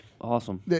Awesome